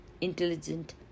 intelligent